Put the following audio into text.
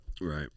Right